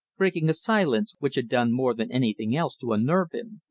breaking a silence which had done more than anything else to unnerve him.